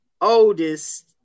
Oldest